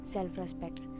Self-respect